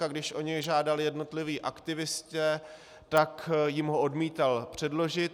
A když o něj žádali jednotliví aktivisté, tak jim ho odmítal předložit.